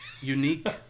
Unique